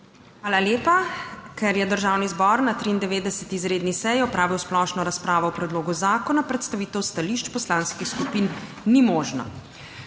Hvala lepa. Ker je Državni zbor na 93. izredni seji opravil splošno razpravo o predlogu zakona, predstavitev stališč poslanskih skupin ni možna.